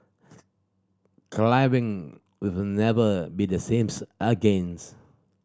clubbing will never be the same again